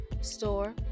store